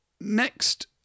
next